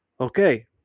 okay